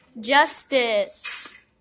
Justice